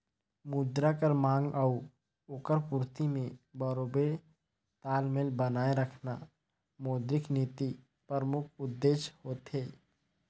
मुद्रा कर मांग अउ ओकर पूरती में बरोबेर तालमेल बनाए रखना मौद्रिक नीति परमुख उद्देस होथे